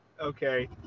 Okay